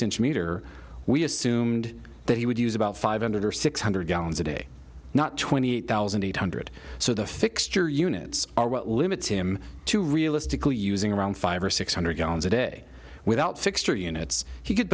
centimeter we assumed that he would use about five hundred or six hundred gallons a day not twenty eight thousand eight hundred so the fixture units are what limits him to realistically using around five or six hundred gallons a day without sixty units he could